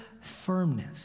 firmness